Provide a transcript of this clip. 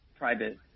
private